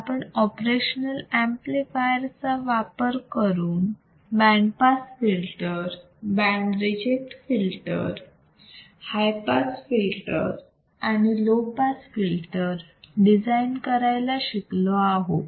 आपण operational amplifier चा वापर करून band pass filter band reject filter high pass filter आणि लो पास फिल्टर डिझाईन करायला शिकलो आहोत